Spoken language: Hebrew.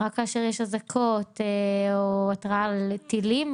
רק כאשר יש אזעקות או התרעה על טילים,